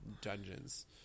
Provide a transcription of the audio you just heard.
dungeons